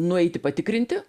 nueiti patikrinti